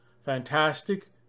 Fantastic